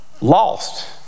Lost